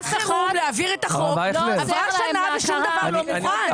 עברה שנה ושום דבר לא מוכן.